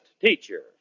teacher